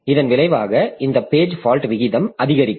இதன் விளைவாக இந்த பேஜ் பால்ட் விகிதம் அதிகரிக்கும்